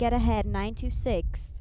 get ahead nine to six